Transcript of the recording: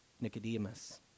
Nicodemus